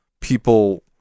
people